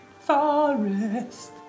Forest